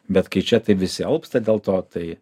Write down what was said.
bet kai čia taip visi alpsta dėl to tai